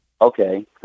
okay